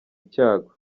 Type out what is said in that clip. icyago